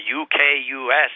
UK-US